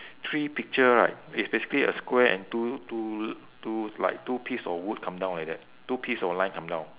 three picture right it's basically a square and two two two like two piece of wood coming down like that two piece of line coming down